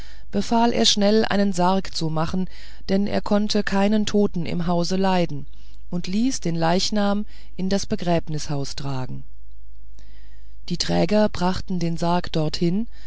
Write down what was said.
befahl er schnell einen sarg zu machen denn er konnte keinen toten im hause leiden und ließ den leichnam in das begräbnishaus tragen die träger brachten den sarg dorthin